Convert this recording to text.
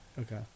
okay